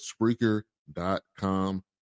Spreaker.com